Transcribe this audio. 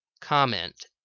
Comment